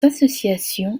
associations